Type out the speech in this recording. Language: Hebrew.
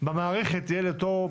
תהיה התראה במערכת לאותו פקיד.